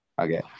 Okay